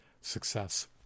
success